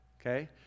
okay